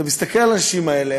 אתה מסתכל על האנשים האלה,